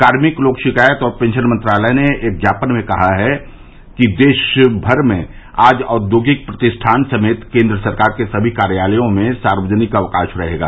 कार्मिक लोक शिकायत और पेंशन मंत्रालय ने एक ज्ञापन में कहा है देशभर में आज औद्योगिक प्रतिष्ठान समेत केंद्र सरकार के सभी कार्यालयों में सार्वजनिक अवकाश रहेगा